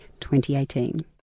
2018